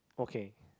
okay